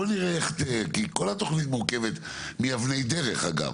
כי כל התוכנית מורכבת מאבני דרך אגב.